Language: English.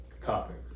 topic